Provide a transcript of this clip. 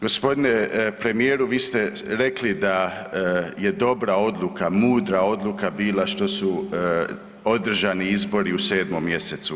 G. premijeru, vi ste rekli da je dobra odluka, mudra odluka bila što su bili održani izbori u 7. mjesecu.